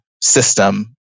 system